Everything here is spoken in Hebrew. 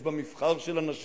יש בה מבחר של אנשים,